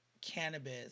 cannabis